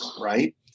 right